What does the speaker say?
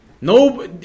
No